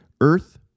earth